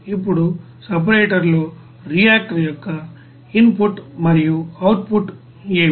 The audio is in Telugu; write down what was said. ఇప్పుడు సపరేటర్ లో రియాక్టర్ యొక్క ఇన్ పుట్ మరియు అవుట్ పుట్ ఏమిటి